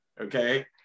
okay